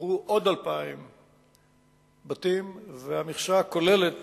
חוברו עוד 2,000 בתים, והמכסה הכוללת